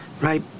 right